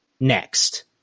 next